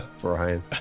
Brian